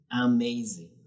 Amazing